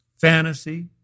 fantasy